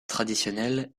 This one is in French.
traditionnelle